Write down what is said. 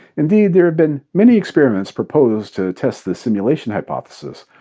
indeed, there have been many experiments proposed to test the simulation hypothesis,